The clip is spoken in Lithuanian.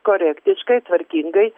korektiškai tvarkingai